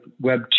web